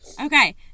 Okay